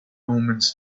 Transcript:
omens